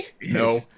No